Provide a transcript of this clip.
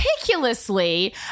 meticulously